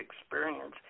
experience